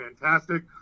fantastic